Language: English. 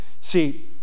See